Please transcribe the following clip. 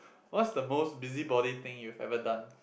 what's the most busybody thing you ever done